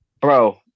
Bro